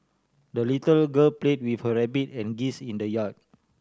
the little girl played with her rabbit and geese in the yard